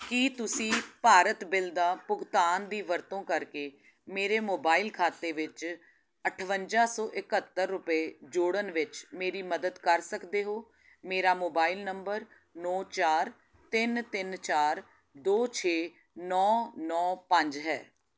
ਕੀ ਤੁਸੀਂ ਭਾਰਤ ਬਿੱਲ ਦਾ ਭੁਗਤਾਨ ਦੀ ਵਰਤੋਂ ਕਰਕੇ ਮੇਰੇ ਮੋਬਾਈਲ ਖਾਤੇ ਵਿੱਚ ਅਠਵੰਜਾ ਸੌ ਇਕਹੱਤਰ ਰੁਪਏ ਜੋੜਨ ਵਿੱਚ ਮੇਰੀ ਮਦਦ ਕਰ ਸਕਦੇ ਹੋ ਮੇਰਾ ਮੋਬਾਈਲ ਨੰਬਰ ਨੌ ਚਾਰ ਤਿੰਨ ਤਿੰਨ ਚਾਰ ਦੋੋ ਛੇ ਨੌ ਨੌ ਪੰਜ ਹੈ